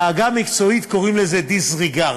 בעגה המקצועית קוראים לזה disregard.